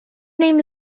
name